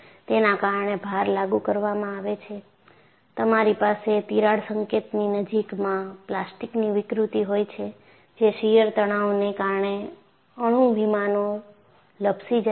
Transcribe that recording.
તેના કારણે ભાર લાગુ કરવામાં આવે છે તમારી પાસે તિરાડ સંકેતની નજીકમાં પ્લાસ્ટિકની વિકૃતિ હોય છે જે શીયર તણાવને કારણે અણુ વિમાનો લપસી જાય છે